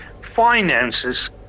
finances